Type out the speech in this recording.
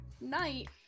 night